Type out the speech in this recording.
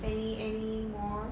any~ anymore